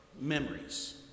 memories